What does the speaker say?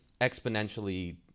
exponentially